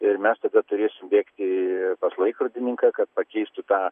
ir mes tada turėsim bėgti pas laikrodininką kad pakeistų tą